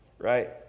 right